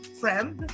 friend